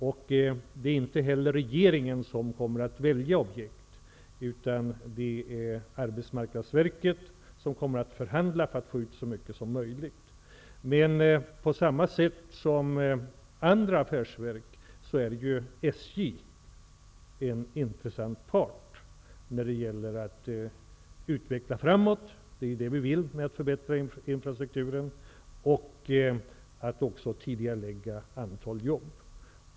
Inte heller är det regeringen som kommer att välja objekt, utan det är Arbetsmarknadsverket som kommer att förhandla för att få ut så mycket som möjligt. Liksom andra affärsverk är SJ en intressant part när det gäller att så att säga utveckla framåt. Det är ju det vi vill uppnå med en förbättrad infrastruktur. Vidare gäller det att tidigarelägga ett antal jobb.